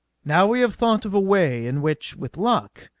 now we have thought of a way in which, with luck,